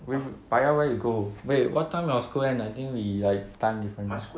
wh~ paya where you go wait what time your school end I think we like time difference